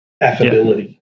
affability